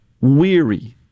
weary